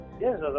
Yes